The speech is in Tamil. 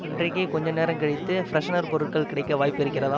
இன்றைக்கே கொஞ்சம் நேரம் கழித்து ஃப்ரெஷனர் பொருட்கள் கிடைக்க வாய்ப்பு இருக்கிறதா